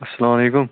اسلامُ علیکُم